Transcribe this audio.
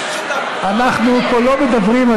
אנחנו פה לא מדברים,